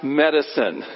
medicine